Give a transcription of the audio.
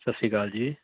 ਸਤਿ ਸ਼੍ਰੀ ਅਕਾਲ ਜੀ